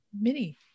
mini